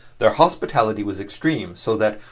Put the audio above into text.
their hospitality was extreme, so that,